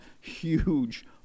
huge